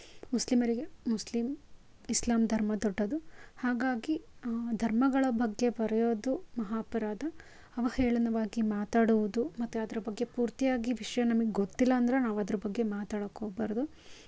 ಮುಸ್ಲಿಮರಿಗೆ ಮುಸ್ಲಿಂ ಇಸ್ಲಾಂ ಧರ್ಮ ದೊಡ್ಡದು ಹಾಗಾಗಿ ಧರ್ಮಗಳ ಬಗ್ಗೆ ಬರೆಯೋದು ಮಹಾಪರಾಧ ಅವಹೇಳನವಾಗಿ ಮಾತಾಡುವುದು ಮತ್ತು ಅದರ ಬಗ್ಗೆ ಪೂರ್ತಿಯಾಗಿ ವಿಷಯ ನಮಗೆ ಗೊತ್ತಿಲ್ಲಾಂದರೆ ನಾವು ಅದ್ರ ಬಗ್ಗೆ ಮಾತಾಡಕ್ಕೆ ಹೋಗ್ಬಾರ್ದು